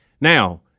Now